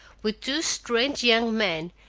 with two strange young men,